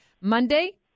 Monday